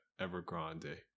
evergrande